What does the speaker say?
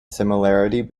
similarity